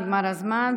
נגמר הזמן,